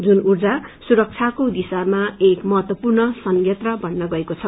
जुन ऊर्जा सुरबाको दिशामा एक महतवपूर्ण संयत्र बन्न गएको छ